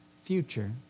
future